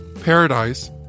Paradise